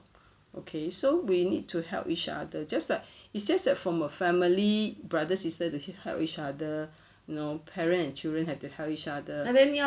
okay so we need to help each other just like it's just that from a family brother sister to help each other you know parent and children have to help each other